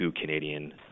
Canadian